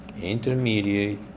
intermediate